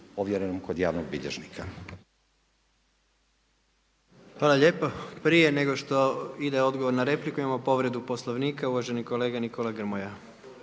Gordan (HDZ)** Hvala lijepo. Prije nego što ide odgovor na repliku imamo povredu Poslovnika uvaženi kolega Nikola Grmoja.